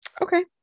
okay